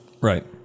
Right